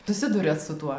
susiduriat su tuo